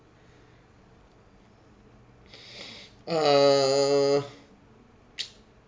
uh